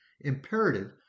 imperative